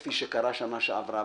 כפי שקרה בשנה שעברה.